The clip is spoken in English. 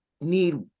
need